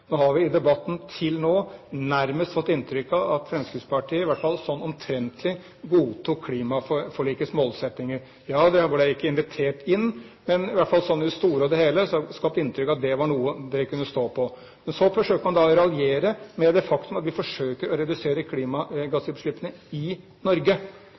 nå nærmest fått inntrykk av at Fremskrittspartiet, i hvert fall sånn omtrentlig, godtok klimaforlikets målsettinger. De ble ikke invitert inn, men i det store og hele er det skapt inntrykk av at det var noe de kunne stå for. Men så forsøker man å raljere med det faktum at vi forsøker å redusere klimagassutslippene i Norge.